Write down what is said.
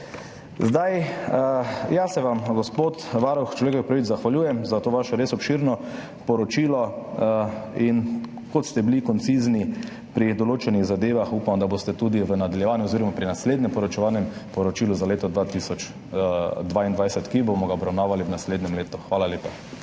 Jaz se vam, gospod varuh človekovih pravic, zahvaljujem za to vaše res obširno poročilo. Kot ste bili koncizni pri določenih zadevah, upam, da boste tudi v nadaljevanju oziroma pri naslednjem poročilu, za leto 2022, ki ga bomo obravnavali v naslednjem letu. Hvala lepa.